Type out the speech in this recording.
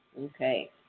Okay